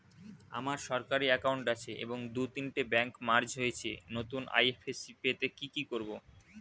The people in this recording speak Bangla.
আমার সরকারি একাউন্ট আছে এবং দু তিনটে ব্যাংক মার্জ হয়েছে, নতুন আই.এফ.এস.সি পেতে কি করব?